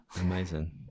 Amazing